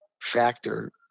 factor